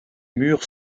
murs